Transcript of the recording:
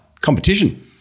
Competition